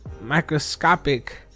microscopic